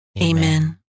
Amen